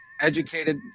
educated